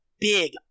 big